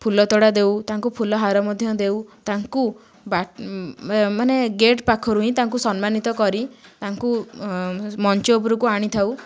ଫୁଲତୋଡ଼ା ଦେଉ ତାଙ୍କୁ ଫୁଲ ହାର ମଧ୍ୟ ଦେଉ ତାଙ୍କୁ ମାନେ ଗେଟ ପାଖରୁ ହିଁ ତାଙ୍କୁ ସମ୍ମାନିତ କରି ତାଙ୍କୁ ମଞ୍ଚ ଉପରକୁ ଆଣିଥାଉ